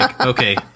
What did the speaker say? okay